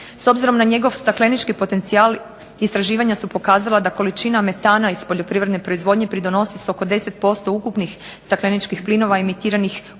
S obzirom na njegov staklenički potencijal istraživanja su pokazala da količina metana iz poljoprivredne proizvodnje pridonosi se oko 10% ukupnih stakleničkih plinova imitiranih u